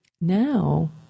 Now